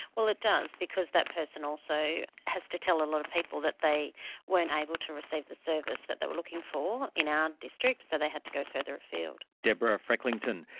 well it does, because that person also has to tell a lot of people that they weren't able to receive the service that they were looking for in our district, so they had to go further afield. deborah frecklington,